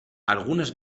algunas